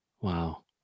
Wow